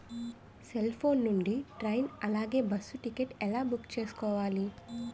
Cell phone నుండి train అలాగే bus ticket ఎలా బుక్ చేసుకోవాలి?